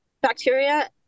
bacteria